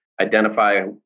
Identify